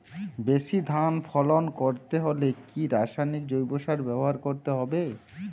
বেশি ধান ফলন করতে হলে কি রাসায়নিক জৈব সার ব্যবহার করতে হবে?